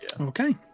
Okay